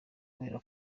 kubera